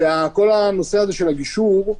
זה כל הנושא של הגישור,